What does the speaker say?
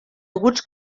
aguts